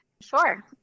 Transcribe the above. Sure